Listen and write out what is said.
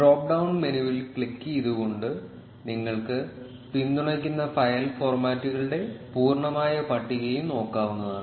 drop down മെനുവിൽ ക്ലിക്കുചെയ്തുകൊണ്ട് നിങ്ങൾക്ക് പിന്തുണയ്ക്കുന്ന ഫയൽ ഫോർമാറ്റുകളുടെ പൂർണ്ണമായ പട്ടികയും നോക്കാവുന്നതാണ്